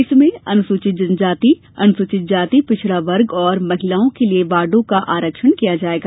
इसमें अनुसूचित जाति जनजाती पिछड़वर्ग और महिलाओं के लिए वार्डो का आरक्षण किया जायेगा